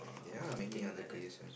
there are many other creations